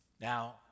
Now